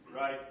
Right